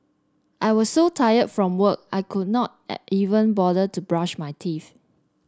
I was so tired from work I could not at even bother to brush my teeth